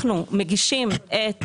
אנחנו מגישים את